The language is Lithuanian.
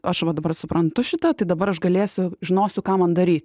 aš va dabar suprantu šitą tai dabar aš galėsiu žinosiu ką man daryt